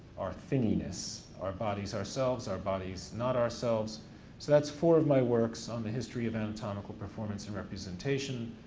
our thinginess. are bodies ourselves, are bodies not ourselves? so that's four of my works on the history of anatomical performance and representation,